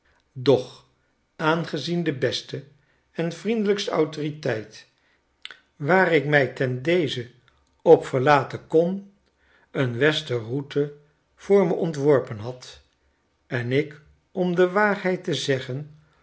doch aangezien de beste en vriendelykste autoriteit waar ik mij ten deze op verlaten kon een wester route voor me ontworpen had en ik om de waarheid te zeggen